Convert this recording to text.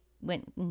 went